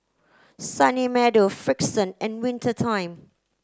Sunny Meadow Frixion and Winter Time